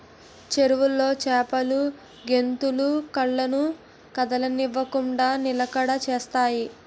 చెరువులో చేపలు గెంతులు కళ్ళను కదలనివ్వకుండ నిలకడ చేత్తాయి